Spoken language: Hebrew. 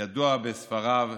ידוע בספריו,